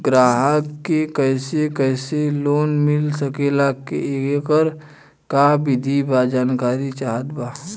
ग्राहक के कैसे कैसे लोन मिल सकेला येकर का विधि बा जानकारी चाहत बा?